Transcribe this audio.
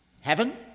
Heaven